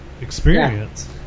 experience